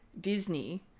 Disney